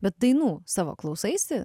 bet dainų savo klausaisi